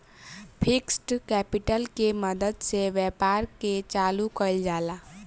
fixed capital के मदद से व्यापार के चालू कईल जाला